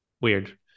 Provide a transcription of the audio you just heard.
weird